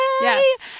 Yes